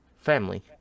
Family